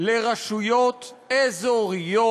לרשויות אזוריות,